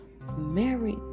married